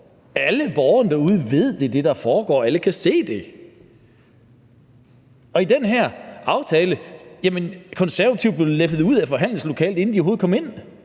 Alle borgere derude ved, at det er det, der foregår; alle kan se det. I forhold til den her aftale blev Konservative lempet ud af forhandlingslokalet, inden de